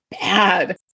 bad